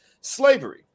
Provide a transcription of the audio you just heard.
slavery